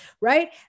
right